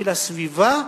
של הסביבה,